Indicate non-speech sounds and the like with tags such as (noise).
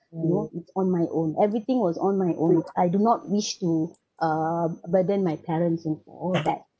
(breath) you know it's on my own everything was on my own I do not wish to uh burden my parents with all that